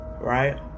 right